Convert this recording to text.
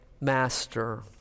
master